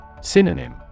Synonym